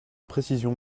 précision